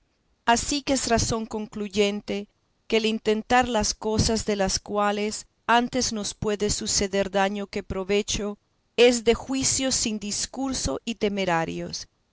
así que es razón concluyente que el intentar las cosas de las cuales antes nos puede suceder daño que provecho es de juicios sin discurso y temerarios